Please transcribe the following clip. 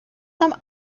some